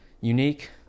unique